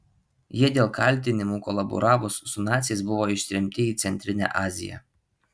jie dėl kaltinimų kolaboravus su naciais buvo ištremti į centrinę aziją